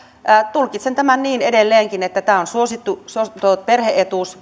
tulkitsen tämän niin edelleenkin että tämä kotihoidon tuki on suosittu perhe etuus